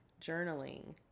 Journaling